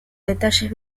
detalles